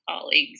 colleagues